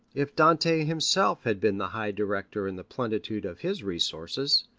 if dante himself had been the high director in the plenitude of his resources,